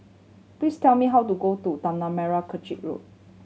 please tell me how to go to Tanah Merah Kechil Road